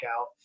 out